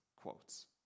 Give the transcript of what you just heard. quotes